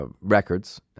records